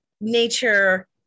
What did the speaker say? nature